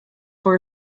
for